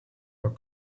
are